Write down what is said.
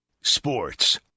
Sports